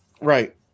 Right